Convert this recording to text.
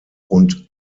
und